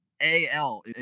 AL